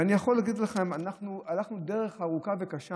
ואני יכול להגיד לכם שאנחנו הלכנו דרך ארוכה וקשה,